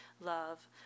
love